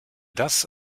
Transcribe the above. das